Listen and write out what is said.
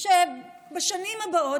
בשנים הבאות,